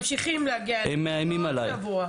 ממשיכים להגיע אליך כל שבוע.